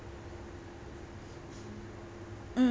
mm